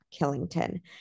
Killington